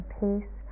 peace